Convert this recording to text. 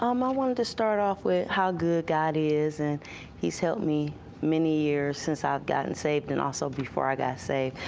um i wanted to start off with how good god is, and he's helped me many years since i've gotten saved and also before i got saved.